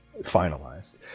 finalized